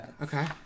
Okay